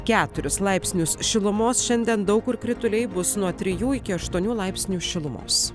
keturis laipsnius šilumos šiandien daug kur krituliai bus nuo trijų iki aštuonių laipsnių šilumos